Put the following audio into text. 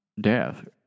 death